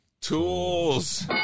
Tools